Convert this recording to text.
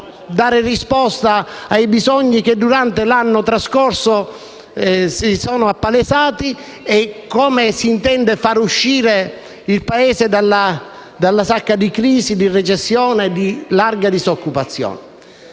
dare risposta ai bisogni che, durante l'anno trascorso, si sono appalesati, come si intende fare uscire il Paese dalla sacca di crisi, di recessione e di larga disoccupazione.